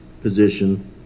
position